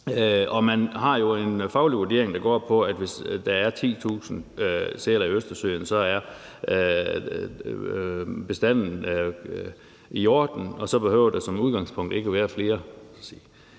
Man har jo en faglig vurdering, der går på, at hvis der er 10.000 sæler i Østersøen, er bestanden i orden, og så behøver der som udgangspunkt ikke være flere.